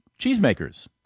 cheesemakers